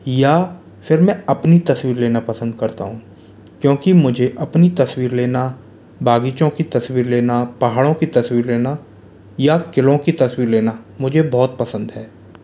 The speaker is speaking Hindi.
या फिर मैं अपनी तस्वीर लेना पसंद करता हूँ क्योंकि मुझे अपनी तस्वीर लेना बगीचों की तस्वीर लेना पहाड़ों की तस्वीर लेना या किरणों की तस्वीर लेना मुझे बहुत पसंद है